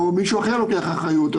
או מישהו אחר לוקח אחריות?